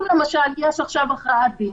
למשל, אם יש עכשיו הכרעת דין,